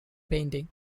paintings